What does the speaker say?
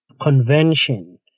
convention